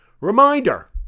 Reminder